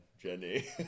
Jenny